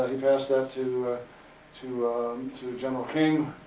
he passed that to to to the general king.